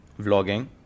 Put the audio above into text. vlogging